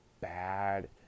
bad